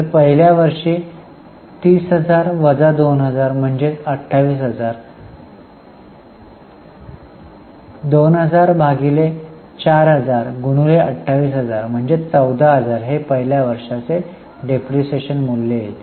तर पहिल्या वर्षी 30000 2000 म्हणजे 28000 2000 भागिले 4000 गुणिले 28000 म्हणजे 14000 हे पहिल्या वर्षाचे डिप्रीशीएशन मूल्य असेल